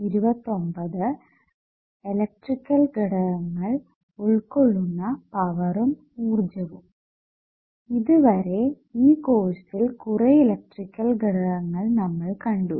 electrical ഘടകങ്ങൾ ഉൾകൊള്ളുന്ന പവറും ഊർജ്ജവും ഇത് വരെ ഈ കോഴ്സിൽ കുറെ ഇലക്ട്രിക്കൽ ഘടകങ്ങൾ നമ്മൾ കണ്ടു